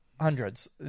Hundreds